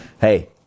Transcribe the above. Hey